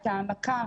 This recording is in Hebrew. את ההעמקה,